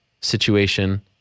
situation